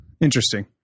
Interesting